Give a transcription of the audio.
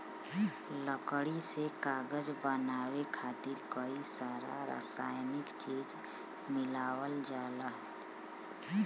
लकड़ी से कागज बनाये खातिर कई सारा रासायनिक चीज मिलावल जाला